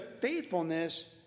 faithfulness